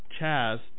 Chaz